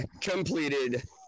completed